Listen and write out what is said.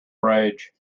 rage